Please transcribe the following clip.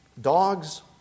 Dogs